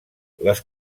les